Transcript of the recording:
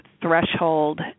threshold